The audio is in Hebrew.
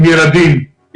עם ילדים,